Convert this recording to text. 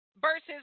versus